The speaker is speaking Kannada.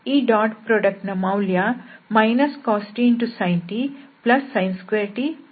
ಈ ಡಾಟ್ ಪ್ರೋಡಕ್ಟ್ ನ ಮೌಲ್ಯ cos t sin t sin2t cos2t